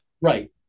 right